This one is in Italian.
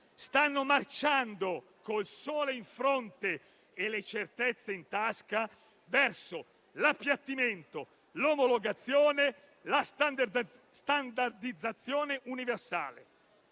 stanno marciando col sole in fronte e le certezze in tasca, verso l'appiattimento, l'omologazione, la standardizzazione universali.